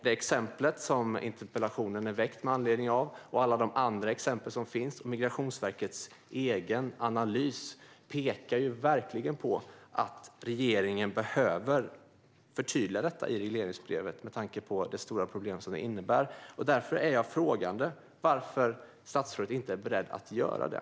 Det exempel som är anledning till att jag har väckt interpellationen, alla andra exempel och Migrationsverkets egen analys av detta stora problem pekar verkligen på att regeringen behöver förtydliga dessa frågor i regleringsbrevet. Därför ställer jag mig frågande till varför statsrådet inte är beredd att göra det.